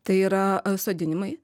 tai yra sodinimai